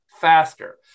faster